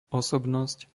osobnosť